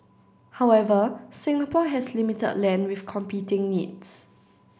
however Singapore has limited land with competing needs